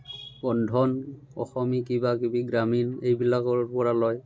বন্ধন অসমী কিবাকিবি গ্ৰামীণ এইবিলাকৰ পৰা লয়